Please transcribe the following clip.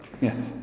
Yes